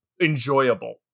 enjoyable